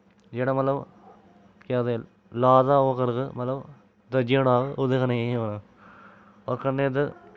जेह्ड़ा मतलव केह् आखदे ला दा ओह् करग धज्जियां उड़ाग ओह्दे कन्नै इ'यां होना होर कन्नै इद्धर